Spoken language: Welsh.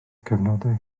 cyfnodau